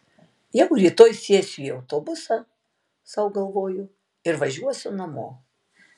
jau rytoj sėsiu į autobusą sau galvoju ir važiuosiu namo